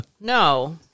no